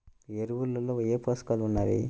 ఎరువులలో ఏ పోషకాలు ఉన్నాయి?